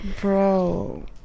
bro